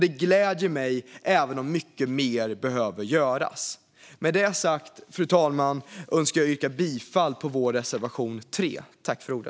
Det gläder mig, även om mycket mer behöver göras. Med det sagt, fru talman, önskar jag yrka bifall till vår reservation 3.